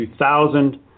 2000